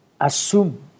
assume